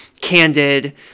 candid